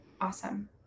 Awesome